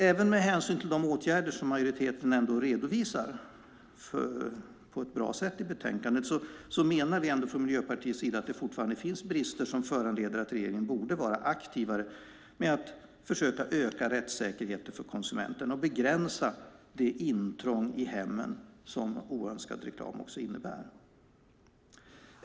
Även med hänsyn till de åtgärder som majoriteten ändå redovisar på ett bra sätt i betänkandet menar vi från Miljöpartiets sida att det fortfarande finns brister som föranleder att regeringen borde vara aktivare med att försöka öka rättssäkerheten för konsumenten och begränsa det intrång i hemmen som oönskad reklam innebär.